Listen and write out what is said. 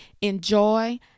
enjoy